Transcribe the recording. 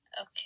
Okay